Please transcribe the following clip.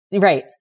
Right